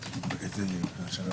הנוכחים.